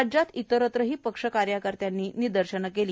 राज्यात इतरत्रही पक्षकार्यकर्त्यांनी निदर्शनं केली